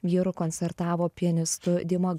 vyru koncertavo pianistu dima